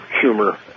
humor